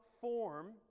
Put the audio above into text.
form